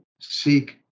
seek